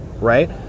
right